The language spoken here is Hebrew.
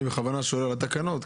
אני שואל בכוונה על התקנות,